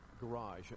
Garage